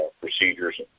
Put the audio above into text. procedures